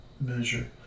measure